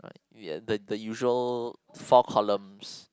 ya the the usual four columns